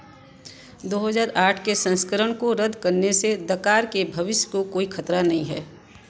दो हज़ार आठ के संस्करण को रद्द करने से द कार के भविष्य को कोई खतरा नहीं है